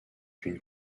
une